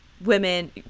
women